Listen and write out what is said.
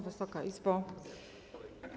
Wysoka Izbo!